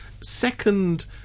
second